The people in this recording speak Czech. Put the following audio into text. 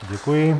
Děkuji.